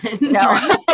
No